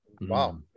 Wow